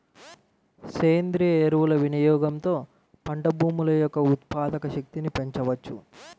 సేంద్రీయ ఎరువుల వినియోగంతో పంట భూముల యొక్క ఉత్పాదక శక్తిని పెంచవచ్చు